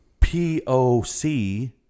POC